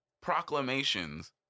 proclamations